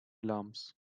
alarms